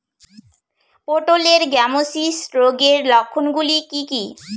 পটলের গ্যামোসিস রোগের লক্ষণগুলি কী কী?